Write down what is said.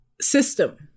system